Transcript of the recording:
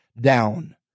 down